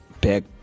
back